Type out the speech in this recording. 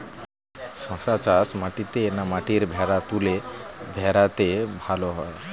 শশা চাষ মাটিতে না মাটির ভুরাতুলে ভেরাতে ভালো হয়?